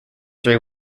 three